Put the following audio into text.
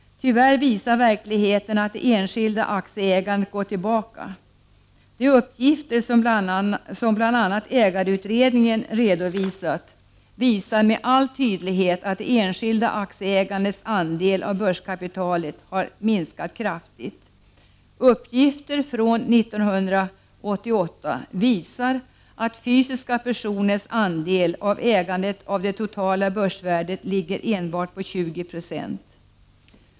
Tyvärr visar verkligheten att det enskilda aktieägandet gått tillbaka. De uppgifter som bl.a. ägarutredningen redovisat visar med all tydlighet att det enskilda aktieägandets andel av börskapitalet har minskat kraftigt. Uppgifter från 1988 visar att fysiska personers andel av ägandet av det totala börsvärdet ligger enbart på 20 96.